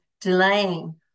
delaying